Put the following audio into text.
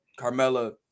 Carmella